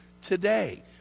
today